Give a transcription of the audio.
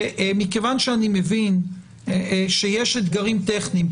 ומכיוון שאני מבין שיש אתגרים טכניים,